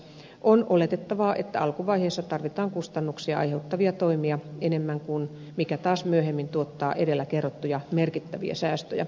on oletettavaa että alkuvaiheessa tarvitaan kustannuksia aiheuttavia toimia enemmän mikä taas myöhemmin tuottaa edellä kerrottuja merkittäviä säästöjä